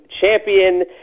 Champion